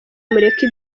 mureke